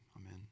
amen